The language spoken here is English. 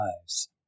lives